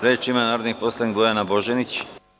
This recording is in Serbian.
Reč ima narodni poslanik Bojana Božanić.